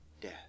death